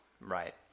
Right